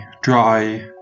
dry